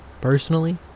personally